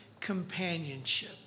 companionship